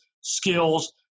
skills